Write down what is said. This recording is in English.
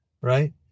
right